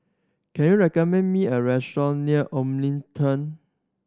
can you recommend me a restaurant near Omni